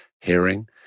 hearing